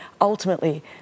Ultimately